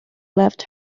left